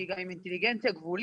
שהיא גם עם אינטלגנציה גבולית,